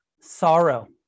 sorrow